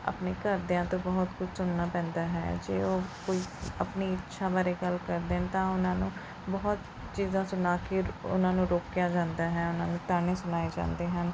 ਆਪਣੇ ਘਰਦਿਆਂ ਤੋਂ ਬਹੁਤ ਕੁਝ ਸੁਣਨਾ ਪੈਂਦਾ ਹੈ ਜੇ ਉਹ ਕੋਈ ਆਪਣੀ ਇੱਛਾ ਬਾਰੇ ਗੱਲ ਕਰਦੇ ਹਨ ਤਾਂ ਉਹਨਾਂ ਨੂੰ ਬਹੁਤ ਚੀਜ਼ਾਂ ਸੁਣਾ ਕੇ ਉਨ੍ਹਾਂ ਨੂੰ ਰੋਕਿਆ ਜਾਂਦਾ ਹੈ ਉਹਨਾਂ ਨੂੰ ਤਾਹਨੇ ਸੁਣਾਏ ਜਾਂਦੇ ਹਨ